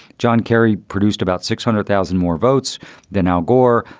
john kerry produced about six hundred thousand more votes than al gore,